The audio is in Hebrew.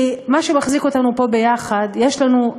כי מה שמחזיק אותנו פה יחד, יש לנו,